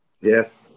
Yes